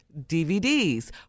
DVDs